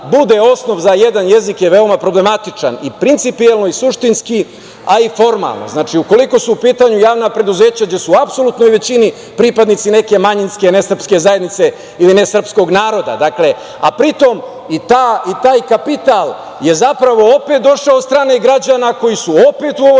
bude osnov za jedan jezik je veoma problematičan, i principijelno i suštinski a i formalno. Znači, ukoliko su u pitanju javna preduzeća gde su u apsolutnoj većini pripadnici neke manjinske nesrpske zajednice ili nesrpskog naroda, a pri tom i taj kapital je zapravo opet došao od strane građana koji su opet u ovoj